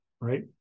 right